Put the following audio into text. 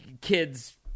kids